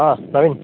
Naveen